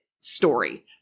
story